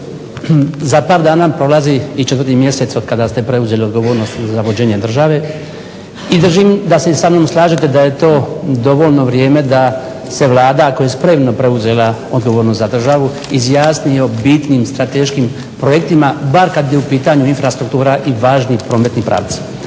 za par dana prolazi i 4. mjesec otkada ste preuzeli odgovornost za vođenje države i držim da se i sa mnom slažete da je to dovoljno vrijeme da se Vlada ako je spremno preuzela odgovornost za državu izjasni i o bitnim strateškim projektima, bar kad je u pitanju infrastruktura i važni prometni pravci.